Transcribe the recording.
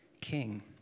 king